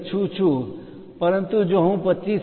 ઇચ્છું છું પરંતુ જો હું 25